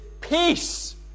peace